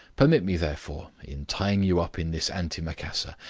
permit me, therefore, in tying you up in this antimacassar,